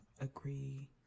agree